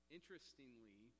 Interestingly